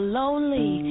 lonely